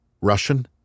Russian